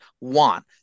want